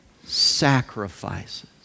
sacrifices